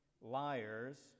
Liars